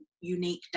unique